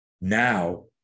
now